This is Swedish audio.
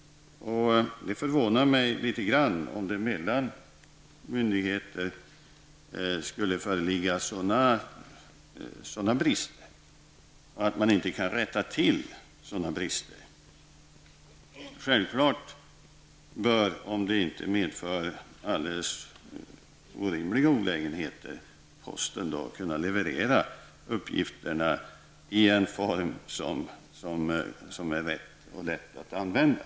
Det förvånar mig litet grand om det mellan myndigheter skulle föreligga sådana brister och att man inte i så fall skulle kunna rätta till dem. Självklart bör posten, om det inte medför alldeles orimliga olägenheter, kunna leverera uppgifterna i en form som är rätt och lätt att använda.